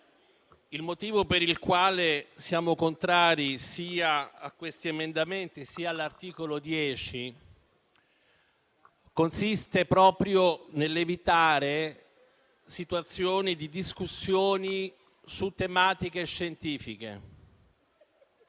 il motivo per il quale siamo contrari sia a questi emendamenti, sia all'articolo 10, consiste proprio nell'evitare situazioni di discussioni su tematiche scientifiche.